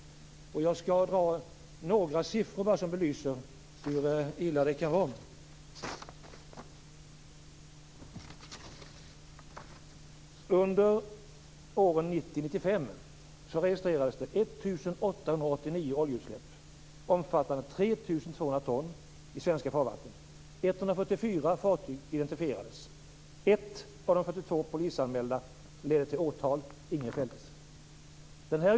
Jag skall återge några siffror som belyser hur illa det kan vara. 144 fartyg identifierades. Ett av de 42 polisanmälda fallen ledde till åtal. Ingen fälldes.